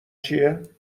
چیه